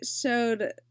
showed